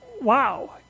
wow